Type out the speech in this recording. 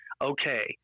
okay –